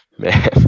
man